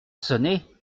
sonné